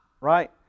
right